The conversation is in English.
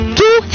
two